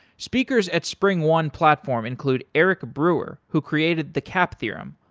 speakers at springone platform include eric brewer, who created the cap theorem,